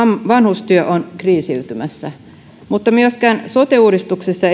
vanhustyö on kriisiytymässä myöskään sote uudistuksessa